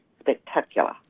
Spectacular